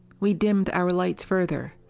we dimmed our lights further.